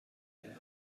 here